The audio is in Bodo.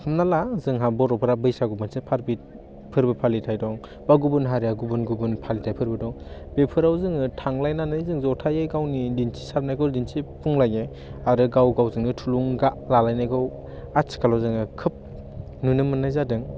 हमना ला जोंहा बर'फ्रा बैसागु मोनसे पाब्लिक फोर्बो फालिथाइ दं बा गुबुन हारिया गुबुन गुबुन फालिथाइ फोरबो दं बेफोराव जों थांलायनानै जों जथाइयै गावनि दिन्थिसारनायखौ दिन्थिफुंलायो आरो गाव गावजोंनो थुलुंगा लालायनायखौ आथिखालाव जोङो खोब नुनो मोननाय जादों